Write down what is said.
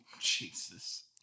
Jesus